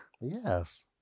Yes